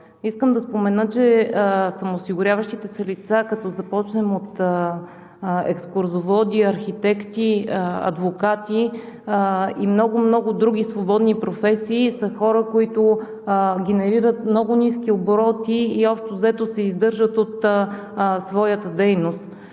Искам да спомена, че самоосигуряващите се лица, като започнем от екскурзоводи, архитекти, адвокати и много, много други свободни професии, са хора, които генерират много ниски обороти и общо взето се издържат от своята дейност.